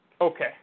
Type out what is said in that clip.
Okay